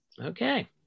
Okay